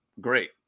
Great